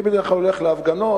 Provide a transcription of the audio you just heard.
אני בדרך כלל הולך להפגנות